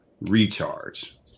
recharge